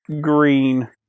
green